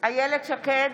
איילת שקד,